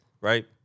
right